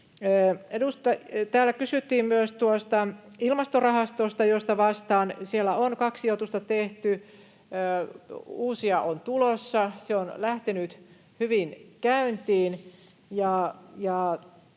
Täällä kysyttiin myös tuosta Ilmastorahastosta, josta vastaan. Siellä on kaksi sijoitusta tehty. Uusia on tulossa. Se on lähtenyt hyvin käyntiin,